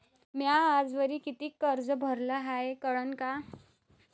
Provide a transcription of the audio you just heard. म्या आजवरी कितीक कर्ज भरलं हाय कळन का?